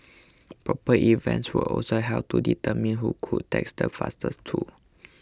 proper events were also held to determine who could text the fastest too